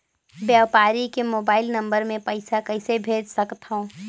व्यापारी के mobile number मे पईसा कइसे भेज सकथव?